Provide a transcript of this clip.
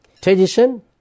tradition